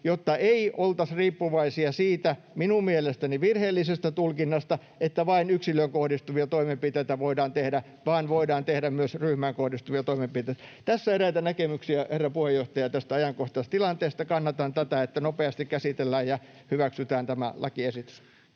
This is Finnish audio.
jotta ei oltaisi riippuvaisia siitä minun mielestäni virheellisestä tulkinnasta, että vain yksilöön kohdistuvia toimenpiteitä voidaan tehdä, vaan voidaan tehdä myös ryhmään kohdistuvia toimenpiteitä. Tässä eräitä näkemyksiä, herra puheenjohtaja, tästä ajankohtaistilanteesta. Kannatan tätä, että nopeasti käsitellään ja hyväksytään tämä lakiesitys.